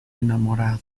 enamorado